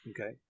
Okay